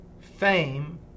fame